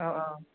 औ औ